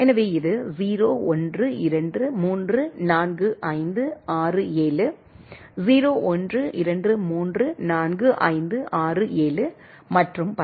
எனவே இது 0 1 2 3 4 5 6 7 0 1 2 3 4 5 6 7 மற்றும் பல